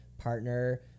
partner